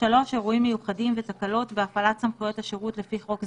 אירועים מיוחדים ותקלות בהפעלת סמכויות השירות לפי חוק זה,